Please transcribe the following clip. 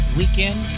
weekend